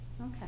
Okay